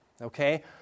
Okay